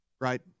Right